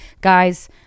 Guys